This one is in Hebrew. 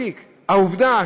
עם כלב, גינה וכמובן